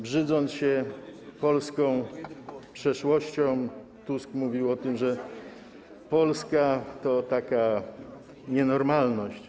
Brzydząc się polską przeszłością, Tusk mówił o tym, że Polska to taka nienormalność.